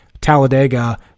Talladega